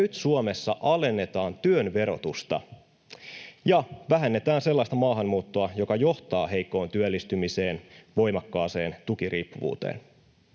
nyt Suomessa alennetaan työn verotusta ja vähennetään sellaista maahanmuuttoa, joka johtaa heikkoon työllistymiseen, voimakkaaseen tukiriippuvuuteen.